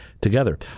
together